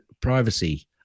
privacy